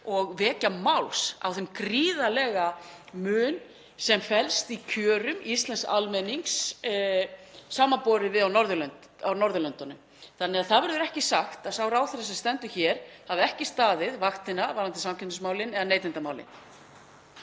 og vekja máls á þeim gríðarlega mun sem felst í kjörum íslensks almennings samanborið við hin Norðurlöndin. Það verður því ekki sagt að sá ráðherra sem stendur hér hafi ekki staðið vaktina varðandi samkeppnismálin eða neytendamálin.